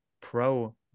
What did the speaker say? pro